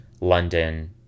London